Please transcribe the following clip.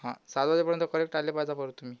हं सात वाजेपर्यंत करेक्ट आले पाहिजे परत तुम्ही